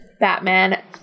Batman